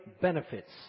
benefits